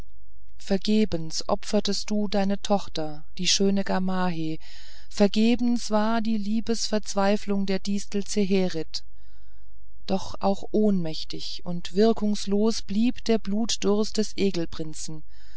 vergebens opfertest du deine tochter die schöne gamaheh vergebens war die liebesverzweiflung der distel zeherit doch auch ohnmächtig und wirkungslos blieb der blutdurst des